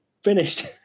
finished